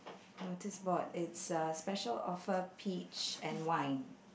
notice board it's a special offer peach and wine